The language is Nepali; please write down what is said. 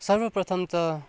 सर्वप्रथम त